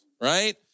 right